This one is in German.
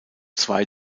zwei